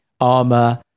armor